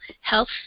health